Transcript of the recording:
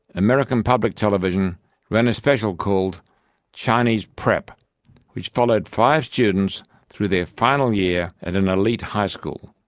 american public television ran a special called chinese prep which followed five students through their final year at an elite high school.